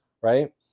right